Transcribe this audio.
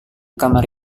kamar